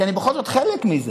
אני בכל זאת חלק מזה,